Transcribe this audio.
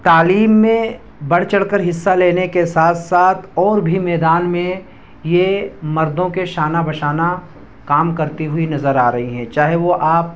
تعلیم میں بڑھ چڑھ کر حصہ لینے کے ساتھ ساتھ اور بھی میدان میں یہ مردوں کے شانہ بہ شانہ کام کرتی ہوئی نظر آ رہی ہیں چاہے وہ آپ